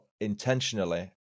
intentionally